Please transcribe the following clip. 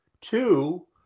Two